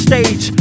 Stage